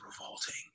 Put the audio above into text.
revolting